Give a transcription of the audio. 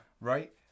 Right